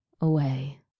away